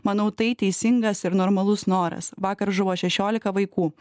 manau tai teisingas ir normalus noras vakar žuvo šešiolika vaikų